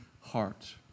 heart